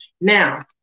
Now